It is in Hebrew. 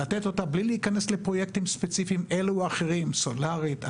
לתת את זה בלי להיכנס לפרויקטים ספציפיים כאלה או אחרים סולרית,